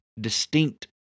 distinct